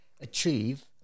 achieve